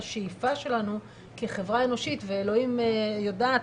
השאיפה שלנו כחברה אנושית ואלוהים יודעת,